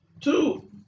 two